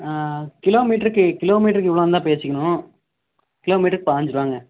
on கிலோ மீட்டருக்கு eight கிலோ மீட்டருக்கு இவ்ளோன்னு தான் பேசிக்கணும் கிலோமீட்டருக்கு பாய்ஞ்சு ரூபாங்க